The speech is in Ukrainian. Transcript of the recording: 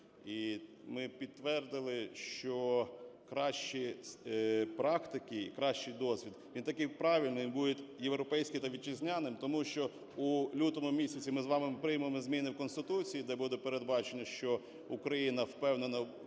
і ми підтвердили, що кращі практики і кращий досвід, він такий правильний, він буде європейським та вітчизняним, тому що у лютому місяці ми з вами приймемо зміни в Конституцію, де буде передбачено, що Україна впевнено